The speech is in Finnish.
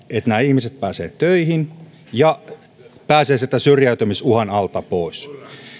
että nämä ihmiset pääsevät ennen kaikkea töihin ja pääsevät sieltä syrjäytymisuhan alta pois